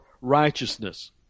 righteousness